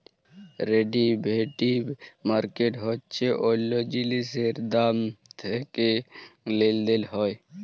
derivative market হচ্যে অল্য জিলিসের দাম দ্যাখে লেলদেল হয়